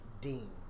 Dean